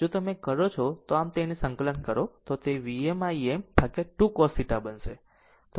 જો તમે કરો છો તો આમ તેને સંકલન કરો તે Vm Im upon 2 cos θ બનશે